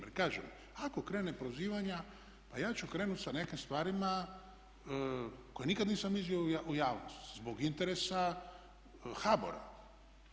Jer kažem ako krene prozivanje pa ja ću krenuti sa nekim stvarima koje nikad nisam iznio u javnosti zbog interesa HBOR-a.